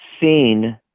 seen